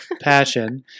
Passion